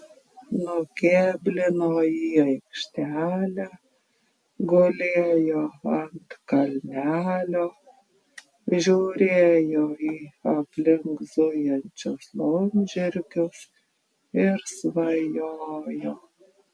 nukėblino į aikštelę gulėjo ant kalnelio žiūrėjo į aplink zujančius laumžirgius ir svajojo